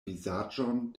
vizaĝon